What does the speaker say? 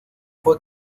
fue